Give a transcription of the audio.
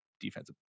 defensive